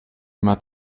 immer